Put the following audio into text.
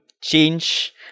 change